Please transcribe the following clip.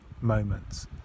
moments